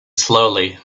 slowly